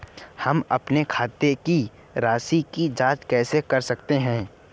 हम अपने खाते की राशि की जाँच कैसे कर सकते हैं?